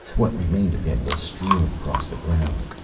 what remained of him was strewn across the ground.